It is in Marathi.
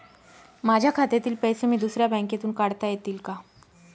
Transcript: माझ्या खात्यातील पैसे मी दुसऱ्या बँकेतून काढता येतील का?